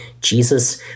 Jesus